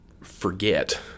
forget